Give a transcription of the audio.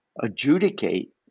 adjudicate